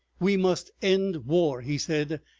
we must end war, he said,